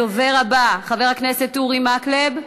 רק אם אפשר, הדובר הבא, חבר הכנסת אורי מקלב.